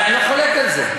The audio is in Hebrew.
אני לא חולק על זה.